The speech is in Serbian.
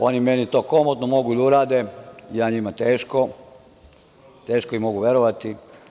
Oni meni to komotno mogu da urade, ja njima teško, teško im mogu verovati.